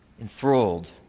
enthralled